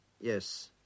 yes